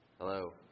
hello